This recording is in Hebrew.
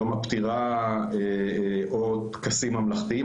יום הפטירה או טקסים ממלכתיים.